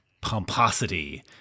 pomposity